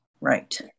Right